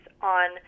on